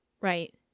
Right